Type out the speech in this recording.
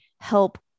help